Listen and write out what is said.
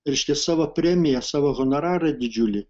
reiškia savo premiją savo honorarą didžiulį